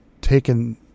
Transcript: taken